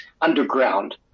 underground